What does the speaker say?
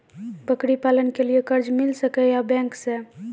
बकरी पालन के लिए कर्ज मिल सके या बैंक से?